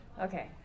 okay